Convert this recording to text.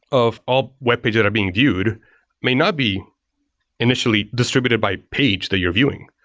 of all webpages are being viewed may not be initially distributed by page that you're viewing.